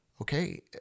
okay